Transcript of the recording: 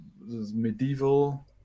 medieval